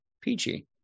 Peachy